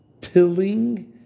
tilling